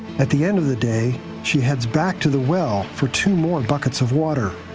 at the end of the day, she heads back to the well for two more buckets of water.